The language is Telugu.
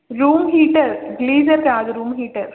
రూమ్ హీటర్ గ్లీజర్ కాదు రూమ్ హీటర్